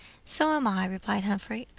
so am i, replied humphrey.